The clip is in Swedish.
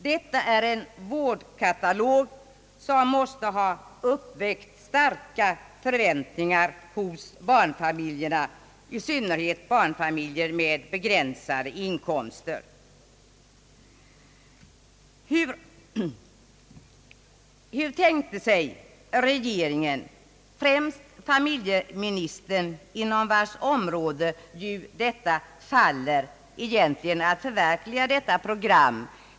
Detta är en vårdkatalog som måste ha uppväckt starka förväntningar hos barnfamiljerna, i synnerhet barnfamiljer med begränsade inkomster. Hur tänkte sig regeringen — främst familjeministern som handhar detta område — egentligen att förverkliga detta program?